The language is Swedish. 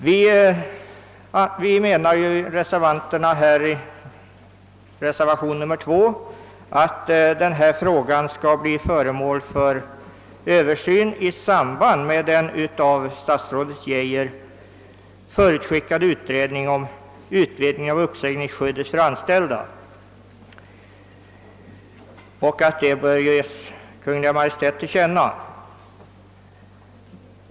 Vi som står bakom reservationen II menar att denna fråga bör bli föremål för översyn i samband med den av statsrådet Geijer förutskickade utredningen om utvidgning av uppsägningsskyddet för anställda och att detta bör ges Kungl. Maj:t till känna.